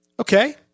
Okay